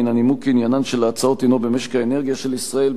מן הנימוק כי עניינן של ההצעות הינו במשק האנרגיה של ישראל,